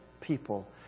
people